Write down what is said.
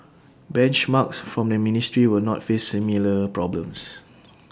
benchmarks from the ministry will not face similar problems